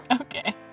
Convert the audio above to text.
Okay